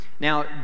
Now